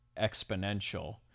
exponential